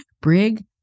Brig